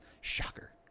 Shocker